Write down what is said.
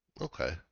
okay